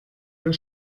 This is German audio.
wir